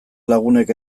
lagunek